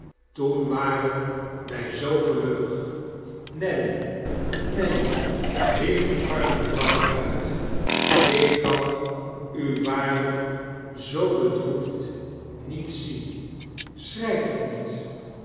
toen waren wij zoo gelukkig nelly nelly riep de arme vrouw uit ik kan u waarlijk zoo bedroefd niet zien schrei toch niet